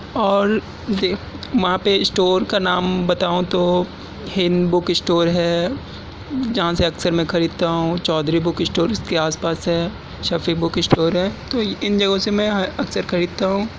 اور یہ وہاں پہ اسٹور کا نام بتاؤں تو ہند بُک اسٹور ہے جہاں سے اکثر میں خریدتا ہوں چودھری بُک اسٹور اِس کے آس پاس ہے شفیع بُک اسٹور ہے تو اِن جگہوں سے میں اکثر خریدتا ہوں